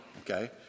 okay